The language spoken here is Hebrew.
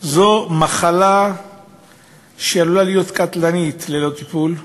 זו מחלה שעלולה להיות קטלנית ללא טיפול,